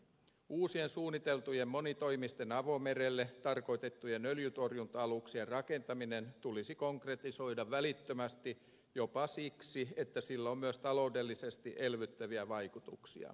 uusien suunniteltujen monitoimisten avomerelle tarkoitettujen öljyntorjunta aluksien rakentaminen tulisi konkretisoida välittömästi jopa siksi että sillä on myös taloudellisesti elvyttäviä vaikutuksia